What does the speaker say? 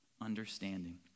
understanding